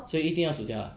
所以一定要薯条 ah